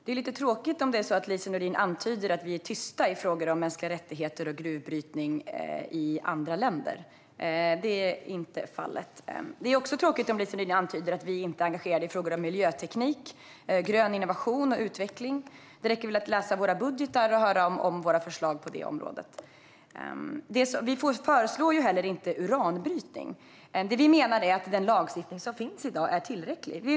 Fru talman! Det är lite tråkigt om det är så att Lise Nordin antyder att vi är tysta i frågor om mänskliga rättigheter och gruvbrytning i andra länder. Det är inte fallet. Det är också tråkigt om Lise Nordin antyder att vi inte är engagerade i frågor om miljöteknik, grön innovation och utveckling. Det räcker väl att läsa våra budgetar och höra om våra förslag på det området. Vi föreslår heller inte uranbrytning. Det vi menar är att den lagstiftning som finns i dag är tillräcklig.